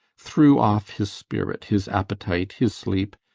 threw off his spirit, his appetite, his sleep,